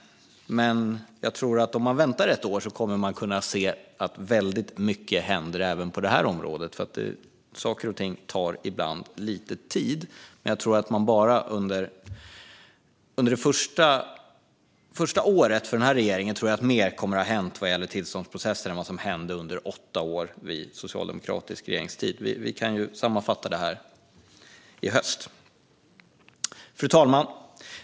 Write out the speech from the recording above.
Men om man väntar ett år tror jag att man kommer att kunna se att väldigt mycket händer även på det här området. Saker och ting tar ibland lite tid. Bara under det första året för den här regeringen tror jag att mer kommer att ha hänt vad gäller tillståndsprocesser än vad som hände under åtta år med socialdemokratisk regering. Vi kan sammanfatta det i höst. Fru talman!